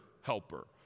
helper